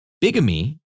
Bigamy